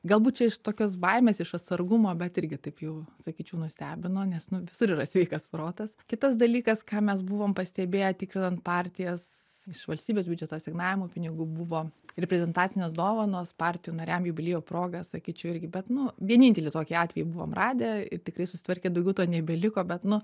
galbūt čia iš tokios baimės iš atsargumo bet irgi taip jau sakyčiau nustebino nes nu visur yra sveikas protas kitas dalykas ką mes buvom pastebėję tikrinant partijas iš valstybės biudžeto asignavimų pinigų buvo reprezentacinės dovanos partijų nariam jubiliejų proga sakyčiau irgi bet nu vienintelį tokį atvejį buvom radę ir tikrai susitvarkė daugiau to nebeliko bet nu